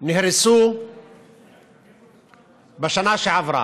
נהרסו בשנה שעברה.